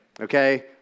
Okay